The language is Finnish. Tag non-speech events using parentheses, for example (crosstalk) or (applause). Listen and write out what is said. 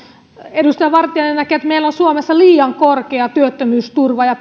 edustaja vartiainen näkee että meillä on suomessa liian korkea työttömyysturva ja (unintelligible)